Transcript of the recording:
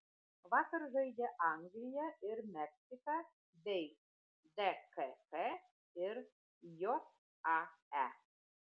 vakar žaidė anglija ir meksika bei dkk ir jae